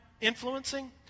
influencing